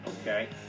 okay